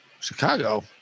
Chicago